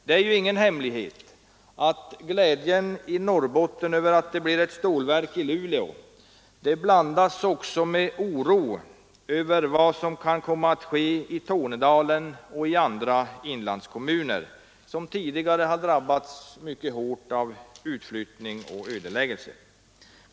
Det är ju ingen hemlighet att glädjen i Norrbotten över att det blir ett stålverk i Luleå också blandas med oro över vad som kan komma att hända i Tornedalen och andra inlandsdelar, som tidigare har drabbats mycket hårt av utflyttning och ödeläggelse.